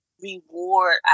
reward